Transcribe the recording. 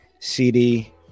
cd